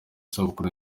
isabukuru